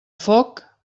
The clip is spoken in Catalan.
foc